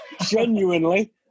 genuinely